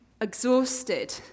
exhausted